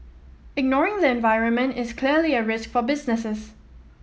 ignoring the environment is clearly a risk for businesses